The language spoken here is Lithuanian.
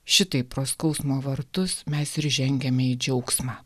šitaip pro skausmo vartus mes ir žengiame į džiaugsmą